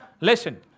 Listen